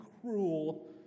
cruel